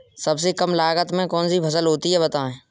सबसे कम लागत में कौन सी फसल होती है बताएँ?